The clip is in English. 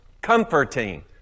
comforting